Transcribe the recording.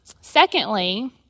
secondly